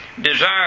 desire